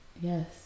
Yes